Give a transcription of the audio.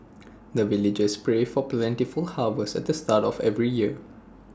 the villagers pray for plentiful harvest at the start of every year